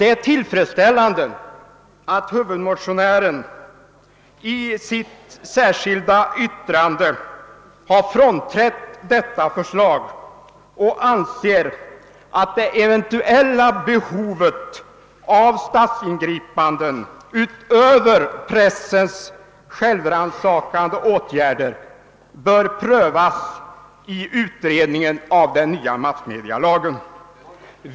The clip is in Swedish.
Det är tillfredsställande att huvudmotionären i sitt särskilda yttrande har frånträtt detta förslag och anser att det eventuella behovet av statsingripanden utöver pressens självrannsakande åtgärder bör prövas i utredningen av den nya massmedialagen.